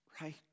right